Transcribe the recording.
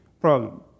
problem